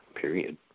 period